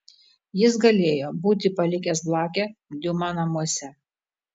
jis galėjo būti palikęs blakę diuma namuose